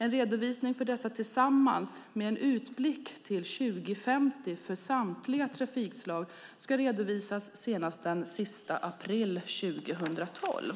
En redovisning för dessa tillsammans med en utblick till 2050 för samtliga trafikslag ska redovisas senast den 30 april 2012.